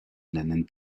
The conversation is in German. nennen